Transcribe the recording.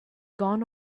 gone